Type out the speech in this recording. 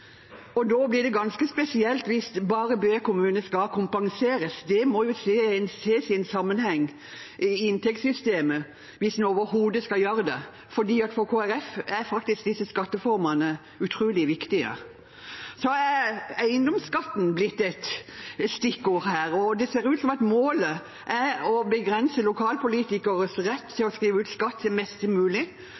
Da blir det ganske spesielt hvis bare Bø kommune skal kompenseres. Det må ses i en sammenheng i inntektssystemet, hvis en overhodet skal gjøre det, for for Kristelig Folkeparti er faktisk disse skatteformene utrolig viktige. Også eiendomsskatten er blitt et stikkord her, og det ser ut til at målet er å begrense lokalpolitikeres rett til å skrive ut skatt til flest mulig.